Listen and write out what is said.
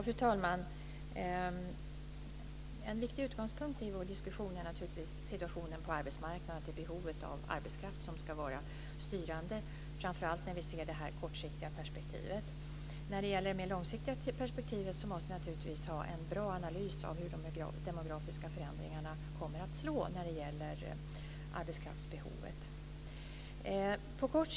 Fru talman! En viktig utgångspunkt i vår diskussion är situationen på arbetsmarknaden. Behovet av arbetskraft ska vara styrande, framför allt i det kortsiktiga perspektivet. I det mer långsiktiga perspektivet måste vi ha en bra analys av hur de demografiska förändringarna kommer att slå när det gäller arbetskraftsbehovet.